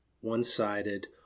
one-sided